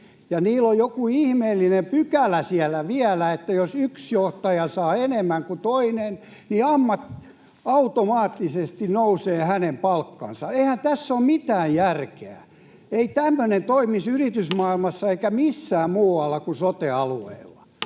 niillä on joku ihmeellinen pykälä siellä vielä, että jos yksi johtaja saa enemmän kuin toinen, niin automaattisesti toisen palkka nousee. Eihän tässä ole mitään järkeä. Ei tämmöinen toimisi yritysmaailmassa eikä missään muualla kuin sote-alueilla.